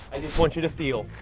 i just want you to feel.